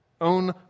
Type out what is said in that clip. own